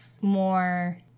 more